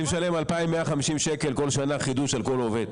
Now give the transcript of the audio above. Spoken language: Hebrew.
אני משלם 2,150 שקל כל שנה חידוש על כל עובד.